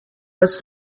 was